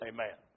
Amen